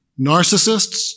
narcissists